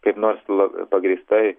kaip nors la pagrįstai